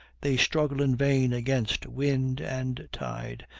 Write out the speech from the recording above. they struggle in vain against wind and tide,